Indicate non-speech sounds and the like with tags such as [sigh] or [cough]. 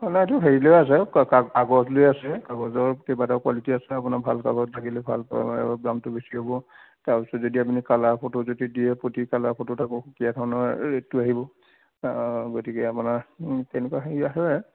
[unintelligible] হেৰি লৈ আছে কাগজ লৈ আছে কাগজৰ কেইবাটাও কোৱালিটি আছে আপোনাৰ ভাল কাগজ লাগিলে ভাল পাব দামটো বেছি হ'ব তাৰ পিছত আপুনি কালাৰ ফটো যদি দিয়ে প্ৰতি কালাৰ ফটোত আকৌ দিয়াখনৰ ৰেটতো আহিব গতিকে আপোনাৰ তেনেকুৱা হেৰি আহে